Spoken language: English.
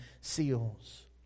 seals